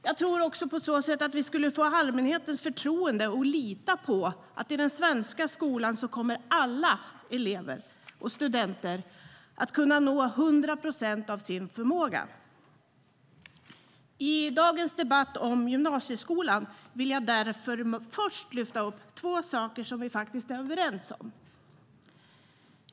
Jag tror också att vi på så sätt skulle få allmänhetens förtroende så att man litar på att i den svenska skolan kommer alla elever och studenter att kunna nå hundra procent av sin förmåga. I dagens debatt om gymnasieskolan vill jag därför först lyfta upp två saker som vi faktiskt är överens om.